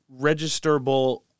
registerable